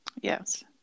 Yes